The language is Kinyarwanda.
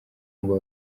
ngo